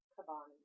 Kabani